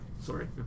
sorry